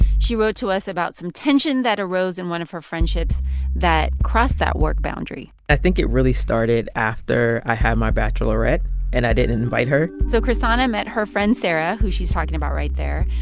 she wrote to us about some tension that arose in one of her friendships that crossed that work boundary i think it really started after i had my bachelorette and i didn't invite her so chrishana met her friend sarah, who she's talking about right there,